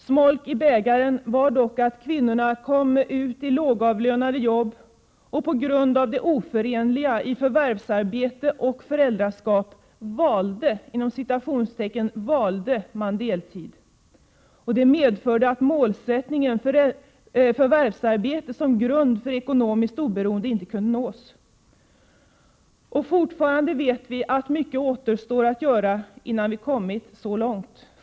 Smolk i bägaren var dock att kvinnorna kom in i lågavlönade jobb, och på grund av att förvärvsarbete och föräldraskap var oförenliga ”valde” man deltid. Det medförde att målsättningen förvärvsarbete som grund för ekonomiskt oberoende inte kunde nås. Och fortfarande återstår mycket att göra innan vi kommit så långt.